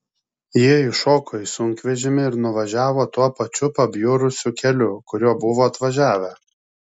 jie įšoko į sunkvežimį ir nuvažiavo tuo pačiu pabjurusiu keliu kuriuo buvo atvažiavę